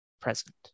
present